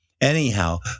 Anyhow